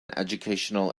educational